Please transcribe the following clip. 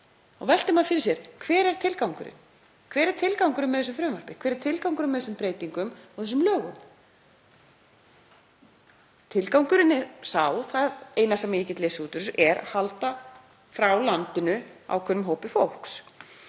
Þá veltir maður fyrir sér: Hver er tilgangurinn? Hver er tilgangurinn með þessu frumvarpi? Hver er tilgangurinn með þessum breytingum á þessum lögum? Tilgangurinn er sá, það er það eina sem ég get lesið út úr þessu, að halda ákveðnum hópi fólks